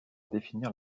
définir